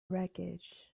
wreckage